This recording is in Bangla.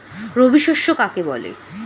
রবি শস্য কাকে বলে?